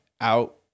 out